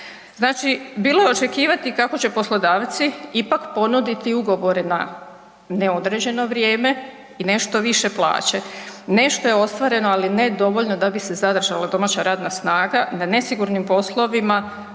Znači bilo je očekivati kako će poslodavci ipak ponuditi ugovore na neodređeno vrijeme i nešto više plaće. Nešto je ostvareno, ali ne dovoljno da bi se zadržala domaća radna snaga na nesigurnim poslovima